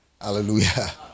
Hallelujah